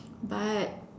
but